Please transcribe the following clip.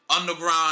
underground